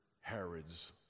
Herod's